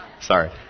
Sorry